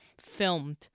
filmed